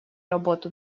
работу